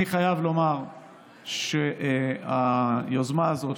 אני חייב לומר שהיוזמה הזאת,